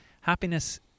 happiness